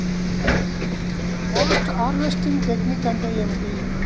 Post harvesting technique అంటే ఏమిటీ?